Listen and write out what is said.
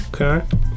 okay